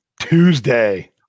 Tuesday